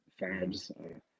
Fabs